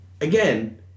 again